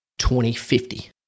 2050